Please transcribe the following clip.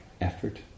effort